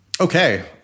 Okay